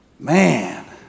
Man